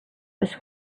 was